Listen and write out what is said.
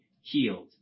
healed